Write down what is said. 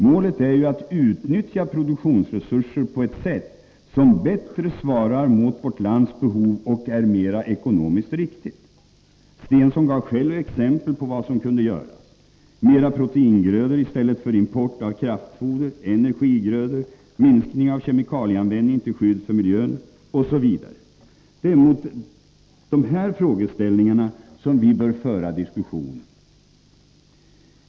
Målet är att utnyttja produktionsresurserna på ett sätt som bättre svarar mot vårt lands behov och är mer ekonomiskt riktigt. Börje Stensson gav själv exempel på vad som kunde göras: Mera proteingrödor i stället för import av kraftfoder, energigrödor, minskning av kemikalieanvändning till skydd för miljön osv. Det är om dessa frågeställningar som vi bör föra diskussionen.